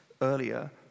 earlier